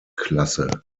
klasse